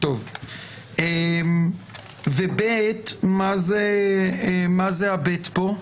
מה זה פיסקה (ב) פה?